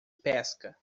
pesca